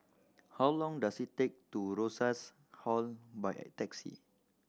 how long does it take to Rosas Hall by taxi